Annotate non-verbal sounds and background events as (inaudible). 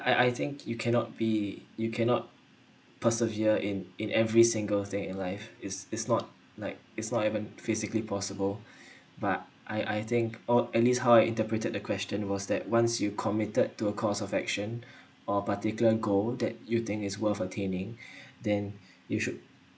I I think you cannot be you cannot persevere in in every single thing in life is is not like it's not even physically possible (breath) but I I think oh at least how interpreted the question was that once you committed to a course of action or particular goal that you think is worth attaining (breath) than you should